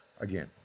Again